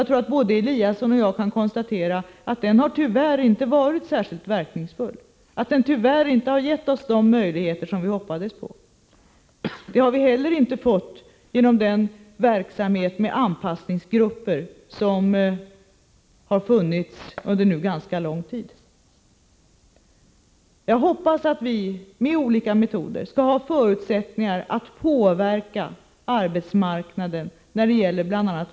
Jag tror att både Ingemar Eliasson och jag kan konstatera att den tyvärr inte har varit särskilt verkningsfull, inte har gett oss de möjligheter som vi hoppades på. Det har vi heller inte fått genom den verksamhet med anpassningsgrupper som nu har funnits under ganska lång tid. Jag hoppas att vi, med olika metoder, skall ha förutsättningar att påverka arbetsmarknaden när det gäller dessa frågor.